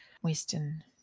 Western